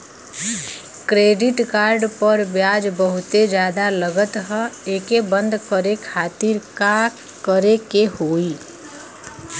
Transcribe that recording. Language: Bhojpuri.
क्रेडिट कार्ड पर ब्याज बहुते ज्यादा लगत ह एके बंद करे खातिर का करे के होई?